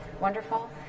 wonderful